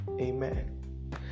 Amen